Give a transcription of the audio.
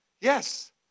Yes